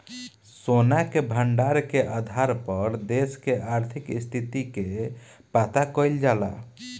सोना के भंडार के आधार पर देश के आर्थिक स्थिति के पता कईल जाला